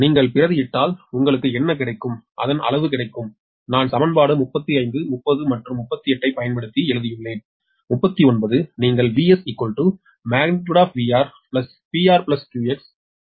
நீங்கள் பிரதியிட்டால் உங்களுக்கு என்ன கிடைக்கும் அதன் அளவு கிடைக்கும் நான் சமன்பாடு 35 30 மற்றும் 38 ஐப் பயன்படுத்தி எழுதியுள்ளேன் 39 நீங்கள் | |Vs| magnitude of VRPR Qxmagnitude of VR